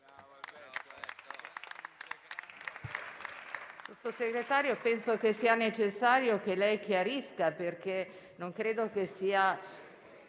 Sottosegretario, penso sia necessario che lei chiarisca perché non ritengo